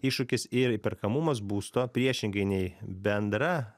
iššūkis ir įperkamumas būsto priešingai nei bendra